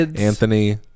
Anthony